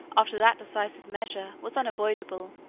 after that decisive measure, was unavoidable.